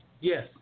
Yes